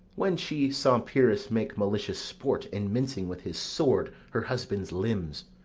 when she saw pyrrhus make malicious sport in mincing with his sword her husband's limbs,